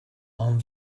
ond